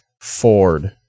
Ford